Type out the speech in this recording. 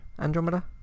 Andromeda